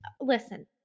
Listen